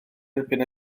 erbyn